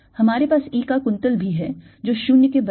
हमारे पास E का कुंतल भी है जो 0 के बराबर है